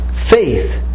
faith